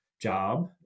job